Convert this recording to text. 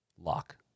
lock